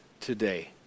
today